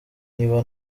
niba